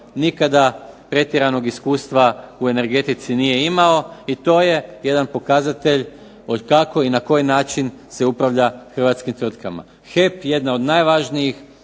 nikada pretjeranog iskustva u energetici nije imao i to je jedan pokazatelj kako i na koji način se upravlja hrvatskim tvrtkama. HEP, jedno od najvažnijih